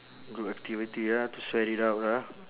good activity ah to sweat it out ah